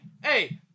hey